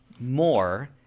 more